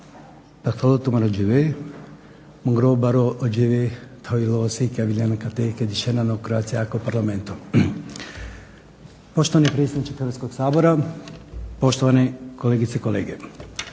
Poštovani predstavniče Hrvatskog sabora, poštovane kolegice i kolege.